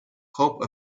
hope